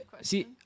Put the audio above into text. see